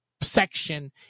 section